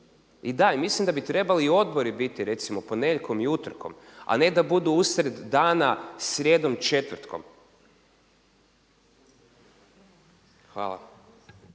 I da mislim da bi trebali i odbori recimo ponedjeljkom i utorkom, a ne da budu usred dana srijedom, četvrtkom. Hvala.